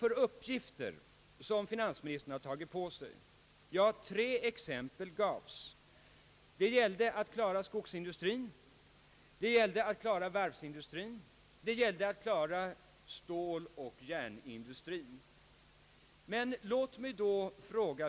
Vilka uppgifter är det som finansministern anser banken skall taga på sig? Tre exempel gavs: det gäller att klara skogsindustrin, det gäller att klara varvsindustrin och det gäller att klara ståloch järnindustrin.